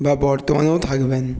বা বর্তমানেও থাকবেন